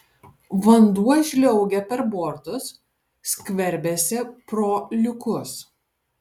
vanduo žliaugia per bortus skverbiasi pro liukus